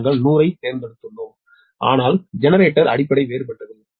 ஏ நாங்கள் 100 ஐ தேர்ந்தெடுத்துள்ளோம் ஆனால் ஜெனரேட்டர் அடிப்படை வேறுபட்டது